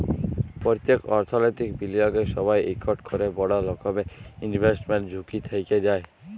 প্যত্তেক অথ্থলৈতিক বিলিয়গের সময়ই ইকট ক্যরে বড় রকমের ইলভেস্টমেল্ট ঝুঁকি থ্যাইকে যায়